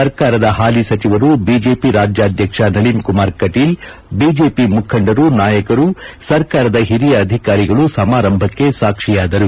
ಸರ್ಕಾರದ ಪಾಲಿ ಸಚಿವರು ಬಿಜೆಪಿ ರಾಜ್ಯಾಧ್ಯಕ್ಷ ನಳೀನ್ಕುಮಾರ್ ಕಟೀಲ್ ಬಿಜೆಪಿಯ ಮುಖಂಡರು ನಾಯಕರು ಸರಕಾರದ ಹಿರಿಯ ಅಧಿಕಾರಿಗಳು ಸಮಾರಂಭಕ್ಷೆ ಸಾಕ್ಷಿಯಾದರು